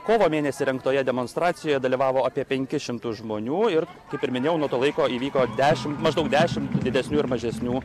kovo mėnesį rengtoje demonstracijoje dalyvavo apie penkis šimtus žmonių ir kaip ir minėjau nuo to laiko įvyko dešimt maždaug dešim didesnių ir mažesnių